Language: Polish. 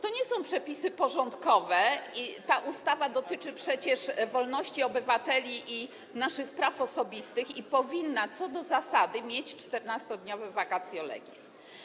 To nie są przepisy porządkowe, ta ustawa dotyczy przecież wolności obywateli i naszych praw osobistych i powinna, co do zasady, mieć 14-dniowe vacatio legis.